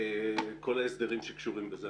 וכל ההסדרים שקשורים בזה.